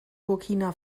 burkina